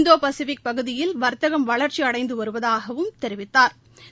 இந்தோ Pacific பகுதியில் வாத்தகம் வளா்ச்சி அடைந்து வருவதாகவும் தெரிவித்தாா்